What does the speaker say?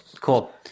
Cool